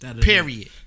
Period